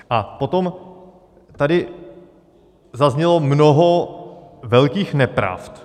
A potom tady zaznělo mnoho velkých nepravd.